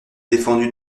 défendu